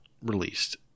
released